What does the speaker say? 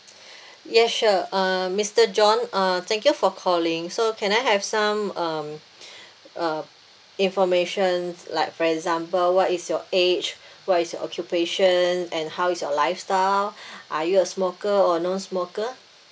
yes sure uh mister john uh thank you for calling so can I have some um uh informations like for example what is your age what is your occupation and how is your lifestyle are you a smoker or non smoker